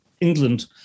England